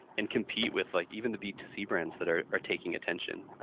and compete with like even the b to c brands that are are taking attention.